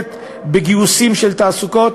ששירת בגיוסים של תעסוקות,